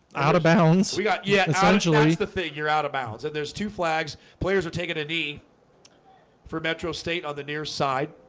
out of bounds. got ya yeah essentially the figure out of bounds and there's two flags players are taking a d four metro state on the near side